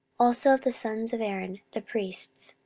also of the sons of aaron the priests,